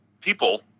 people –